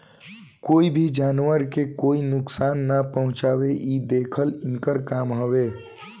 कोई भी जानवर के कोई नुकसान ना पहुँचावे इ देखल इनकर काम हवे